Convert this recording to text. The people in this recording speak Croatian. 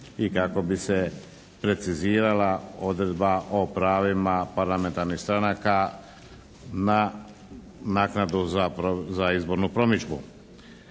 i kako bi se precizirala Odredba o pravima parlamentarnih stranaka na naknadu za izbornu promidžbu.